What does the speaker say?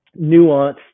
nuanced